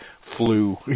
flu